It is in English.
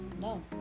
No